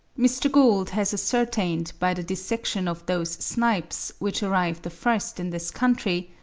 mr. gould has ascertained by the dissection of those snipes which arrive the first in this country,